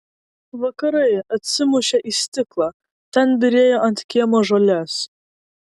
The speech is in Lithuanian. vakarai atsimušę į stiklą ten byrėjo ant kiemo žolės